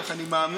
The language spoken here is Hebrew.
כך שאני מאמין